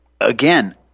again